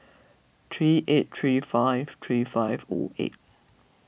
three eight three five three five zero eight